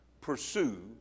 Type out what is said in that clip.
pursue